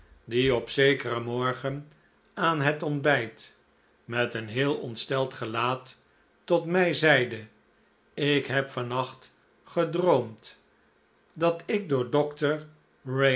die op zekeren morgen aan het ontbijt met een heel ontsteld gelaat tot mij zeide ik heb vannacht gedroomd dat ik door